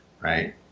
right